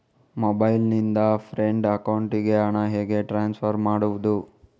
Mobile ನಿಂದ friend ಅಕೌಂಟಿಗೆ ಹಣ ಹೇಗೆ ಟ್ರಾನ್ಸ್ಫರ್ ಮಾಡುವುದು?